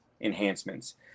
enhancements